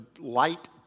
light